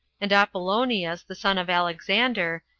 and apollonius, the son of alexander,